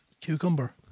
cucumber